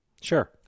Sure